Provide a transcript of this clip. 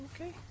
okay